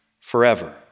forever